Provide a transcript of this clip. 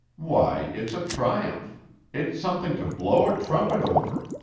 why, it's a triumph it's something to blow a trumpet over.